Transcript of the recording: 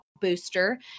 booster